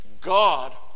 God